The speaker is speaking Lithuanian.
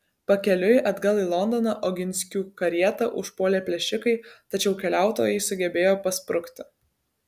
pakeliui atgal į londoną oginskių karietą užpuolė plėšikai tačiau keliautojai sugebėjo pasprukti